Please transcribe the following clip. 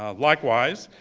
ah likewise,